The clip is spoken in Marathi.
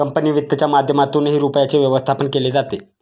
कंपनी वित्तच्या माध्यमातूनही रुपयाचे व्यवस्थापन केले जाते